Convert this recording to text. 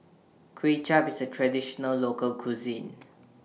Kuay Chap IS A Traditional Local Cuisine